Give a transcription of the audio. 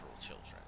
children